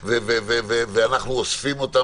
זה --- התוספת נראית לי מיותרת.